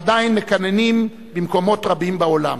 עדיין מקננים במקומות רבים בעולם.